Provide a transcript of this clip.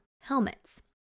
helmets